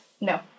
No